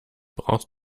brauchst